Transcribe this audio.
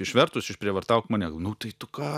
išvertus išprievartauk mane nu tai tu ką